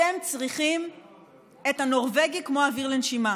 אתם צריכים את הנורבגי כמו אוויר לנשימה.